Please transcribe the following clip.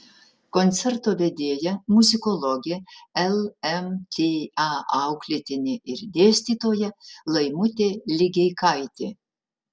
koncerto vedėja muzikologė lmta auklėtinė ir dėstytoja laimutė ligeikaitė